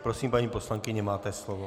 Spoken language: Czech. Prosím, paní poslankyně, máte slovo.